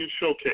Showcase